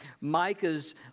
Micah's